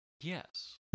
Yes